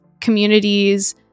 communities